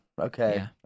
Okay